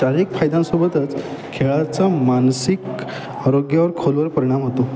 शारीरिक फायद्यांसोबतच खेळाचं मानसिक आरोग्यावर खोलवर परिणाम होतो